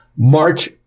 March